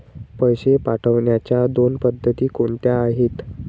पैसे पाठवण्याच्या दोन पद्धती कोणत्या आहेत?